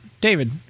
David